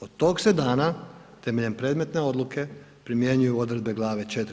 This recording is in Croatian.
Od tog se dana temeljem predmetne odluke primjenjuju odredbe Glave IV.